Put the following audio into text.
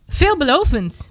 veelbelovend